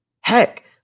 Heck